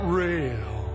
real